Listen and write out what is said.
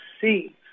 see